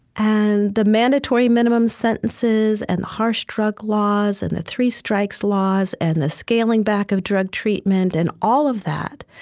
and the mandatory minimum sentences, and the harsh drug laws, and the three-strikes laws, and the scaling back of drug treatment, and all of that,